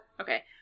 okay